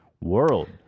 world